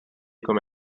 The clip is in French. comme